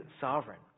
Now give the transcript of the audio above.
sovereign